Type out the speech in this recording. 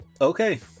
Okay